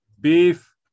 beef